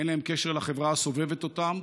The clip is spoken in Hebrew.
אין להם קשר לחברה הסובבת אותם.